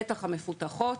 בטח המדינות המפותחות,